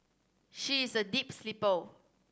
she is a deep sleeper